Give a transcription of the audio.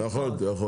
אתה יכול.